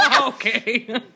Okay